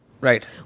Right